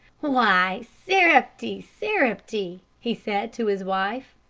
why, sarepty, sarepty! he said to his wife.